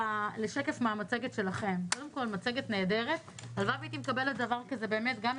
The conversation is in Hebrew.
זה גורם לכך שכל הזמן מלמטה דברים שאינם